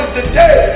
today